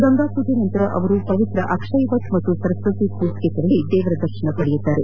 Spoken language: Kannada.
ಗಂಗಾಮೂಜೆ ನಂತರ ಅವರು ಪವಿತ್ರ ಅಕ್ಷಯವಟ್ ಹಾಗೂ ಸರಸ್ವತಿ ಕೂಪ್ಗೆ ತೆರಳಿ ದೇವರ ದರ್ಶನ ಪಡೆಯಲಿದ್ದಾರೆ